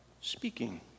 speaking